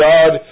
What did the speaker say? God